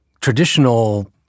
traditional